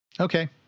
Okay